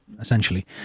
essentially